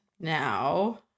now